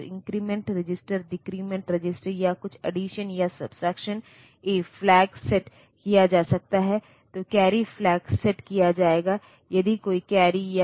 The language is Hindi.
और तो यह विस्तृत पिन लेआउट है जिसमे हम देखेंगे 5 वोल्ट पावर सप्लाई की आवश्यकता होती है जो 3 मेगाहर्ट्ज़ की क्लॉक फ्रीक्वेंसी पर काम कर सकता है और यह अपवर्ड कम्पेटिबल है